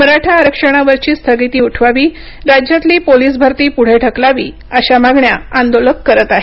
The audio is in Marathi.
मराठा आरक्षणावरची स्थगिती उठवावी राज्यातली पोलीस भरती पुढे ढकलावी अशा मागण्या आंदोलक करत आहेत